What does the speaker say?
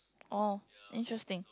oh interesting